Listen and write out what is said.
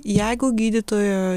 jeigu gydytojo